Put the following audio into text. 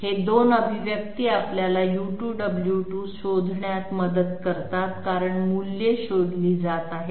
हे 2 अभिव्यक्ती आपल्याला u2 w2 शोधण्यात मदत करतात कारण मूल्ये शोधली जात आहेत